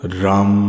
ram